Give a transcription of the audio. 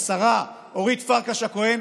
השרה אורית פרקש הכהן,